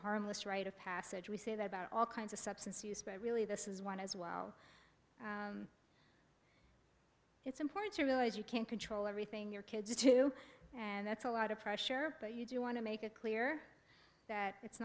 harmless rite of passage we say that about all kinds of substance use by really this is one as well it's important to realize you can't control everything your kids are too and that's a lot of pressure but you do want to make it clear that it's